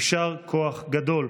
יישר כוח גדול.